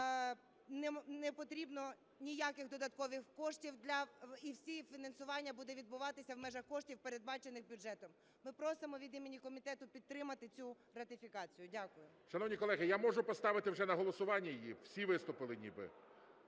не потрібно ніяких додаткових коштів для… і все фінансування буде відбуватися в межах коштів, передбачених бюджетом. Ми просимо від імені комітету підтримати цю ратифікацію. Дякую. ГОЛОВУЮЧИЙ. Шановні колеги, я можу поставити вже на голосування її? Всі виступили ніби.